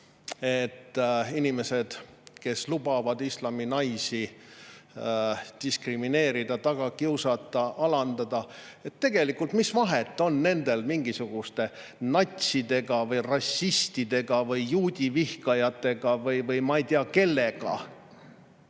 et inimesed, kes lubavad islami naisi diskrimineerida, taga kiusata ja alandada – mis vahet on nendel mingisuguste natsidega, rassistidega, juudivihkajatega või ma ei tea kellega.